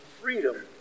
freedom